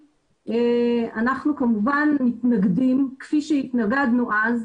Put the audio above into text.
כמובן מתנגדים, כפי שהתנגדנו אז.